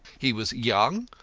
he was young,